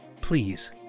Please